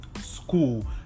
school